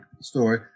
story